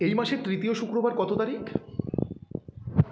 এই মাসের তৃতীয় শুক্রবার কতো তারিখ